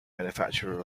manufacturer